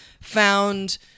found